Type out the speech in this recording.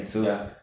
ya